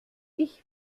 ich